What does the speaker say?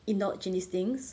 indulge in these things